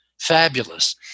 fabulous